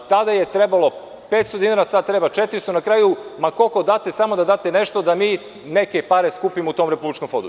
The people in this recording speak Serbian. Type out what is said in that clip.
Tada je trebalo 500 dinara, sada treba 400, na kraju koliko date, samo da date nešto da mi neke pare skupimo u tom Republičkom fondu.